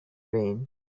rain